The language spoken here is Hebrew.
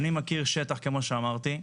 אני מכיר שטח, כמו שאמרתי,